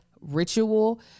ritual